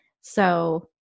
So-